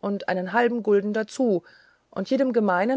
und einen halben gulden dazu und jedem gemeinen